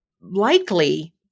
likely